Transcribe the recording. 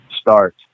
start